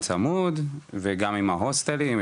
צמוד, וגם עם ההוסטלים.